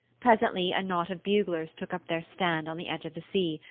presently a knot of buglers took up their stand on the edge of the sea,